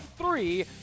three